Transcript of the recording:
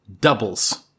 doubles